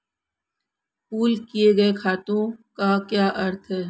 Pool किए गए खातों का क्या अर्थ है?